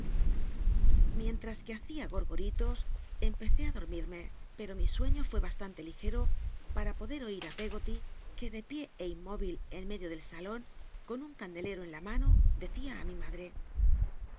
llicntl'as que hacia gorgoritos empecé á dormirme pero mi sueño fué bastante ligero para poder oir peggoty que de pié é inmóril en medio del salon con un candelero en la mano clccia á mi madre